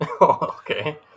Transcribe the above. okay